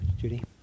Judy